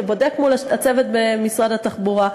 שבודק מול הצוות במשרד התחבורה.